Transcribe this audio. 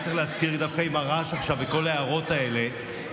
דווקא עם הרעש עכשיו וכל ההערות האלה,